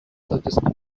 suggested